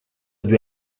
due